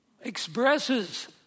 expresses